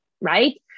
right